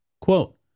quote